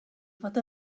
fod